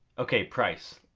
okay price.